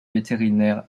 vétérinaire